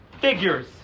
figures